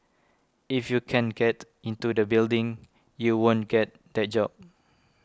if you can't get into the building you won't get that job